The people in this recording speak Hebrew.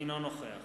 אינו נוכח